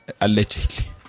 allegedly